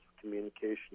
communication